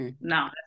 no